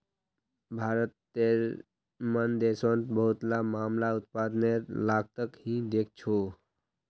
भारतेर मन देशोंत बहुतला मामला उत्पादनेर लागतक ही देखछो